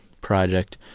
project